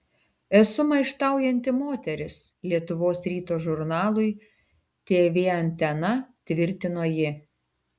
esu maištaujanti moteris lietuvos ryto žurnalui tv antena tvirtino ji